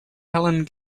helene